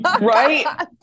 Right